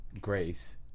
Grace